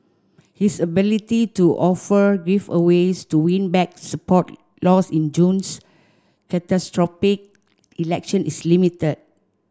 his ability to offer giveaways to win back support lost in June's catastrophic election is limited